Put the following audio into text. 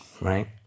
right